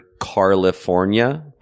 California